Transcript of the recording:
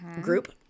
Group